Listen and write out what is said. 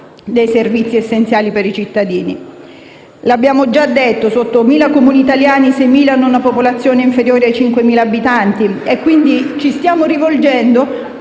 dei servizi essenziali per i cittadini. Abbiamo già detto che su 8.000 Comuni italiani 6.000 hanno popolazione inferiore ai 5.000 abitanti, quindi ci stiamo rivolgendo